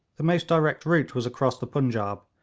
the most direct route was across the punjaub,